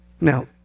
Now